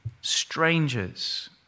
strangers